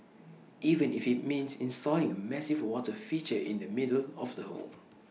even if IT means installing A massive water feature in the middle of the home